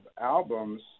albums